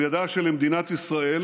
הוא ידע שלמדינת ישראל